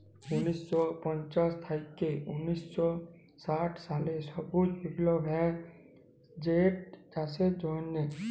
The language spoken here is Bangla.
উনিশ শ পঞ্চাশ থ্যাইকে উনিশ শ ষাট সালে সবুজ বিপ্লব হ্যয় যেটচাষের জ্যনহে